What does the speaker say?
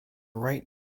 right